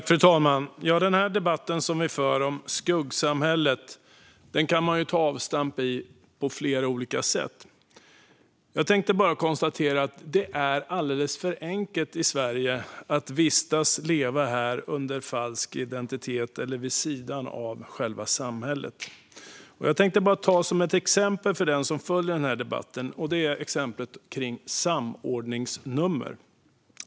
Fru talman! I denna debatt om skuggsamhället kan man ta avstamp på flera olika sätt. Jag tänkte bara konstatera att det är alldeles för enkelt att vistas och leva i Sverige under falsk identitet eller vid sidan av samhället. Jag tänkte ta ett exempel för den som följer debatten; det gäller samordningsnummer.